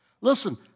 Listen